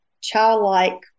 childlike